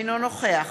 אינו נוכח